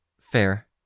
Fair